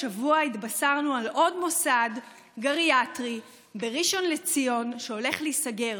השבוע התבשרנו על עוד מוסד גריאטרי בראשון לציון שהולך להיסגר.